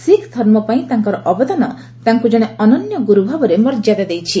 ଶିଖ୍ ଧର୍ମପାଇଁ ତାଙ୍କର ଅବଦାନ ତାଙ୍କୁ ଜଣେ ଅନନ୍ୟ ଗୁରୁ ଭାବରେ ମର୍ଯ୍ୟାଦା ଦେଇଛି